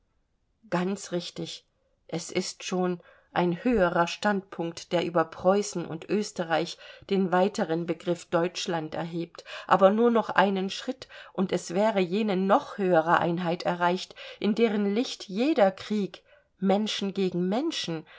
ganz richtig es ist schon ein höherer standpunkt der über preußen und österreich den weiteren begriff deutschland erhebt aber nur noch einen schritt und es wäre jene noch höhere einheit erreicht in deren licht jeder krieg menschen gegen menschen